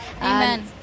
Amen